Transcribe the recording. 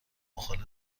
مخالف